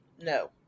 no